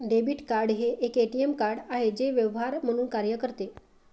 debit card हे एक ATM card आहे जे व्यवहार म्हणून कार्य करते